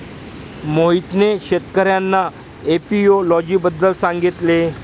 मोहितने शेतकर्यांना एपियोलॉजी बद्दल सांगितले